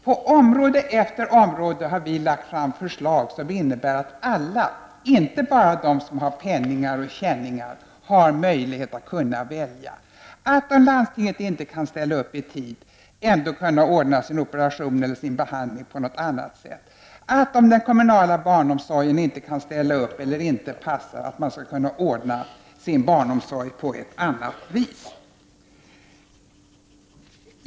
På område efter område har vi lagt fram förslag som innebär att alla, inte bara de som har penningar och känningar, har möjlighet att välja, att när landstinget inte kan ställa upp i tid kunna ordna sin operation eller sin behandling på något annat sätt, att om den kommunala barnomsorgen inte kan ställa upp eller inte passar man skall kunna ordna sin barnomsorg på ett annat vis.